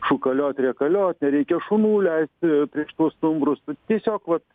šūkaliot rėkaliot nereikia šunų leisti prieš tuos stumbrus tiesiog vat